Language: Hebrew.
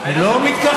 אני לא מתכחש.